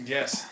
Yes